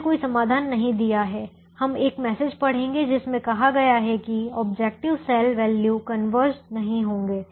इसने कोई समाधान नहीं दिया है हम एक मैसेज पढ़ेंगे जिसमें कहा गया है कि ऑब्जेक्टिव सेल वैल्यू कंवर्ज नहीं होंगे